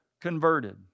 converted